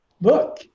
look